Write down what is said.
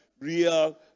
real